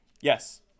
yes